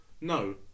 no